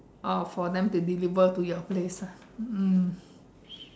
oh for them to deliver to your place lah mm